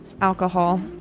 alcohol